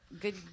good